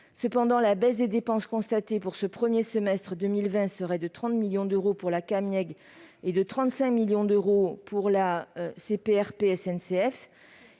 Cependant, la baisse des dépenses constatée pour ce premier semestre 2020 serait de 30 millions d'euros pour la Camieg et de 35 millions d'euros pour la CPRP SNCF.